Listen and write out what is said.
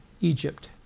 Egypt